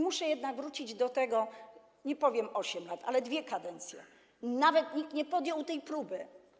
Muszę jednak wrócić do tego, nie powiem: 8 lat, że przez dwie kadencje nawet nikt nie podjął tej próby.